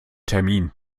termin